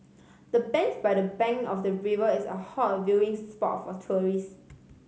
the bench by the bank of the river is a hot viewing spot for tourists